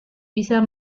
bisa